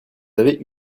avez